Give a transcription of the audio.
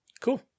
Cool